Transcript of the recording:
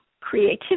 creativity